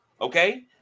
Okay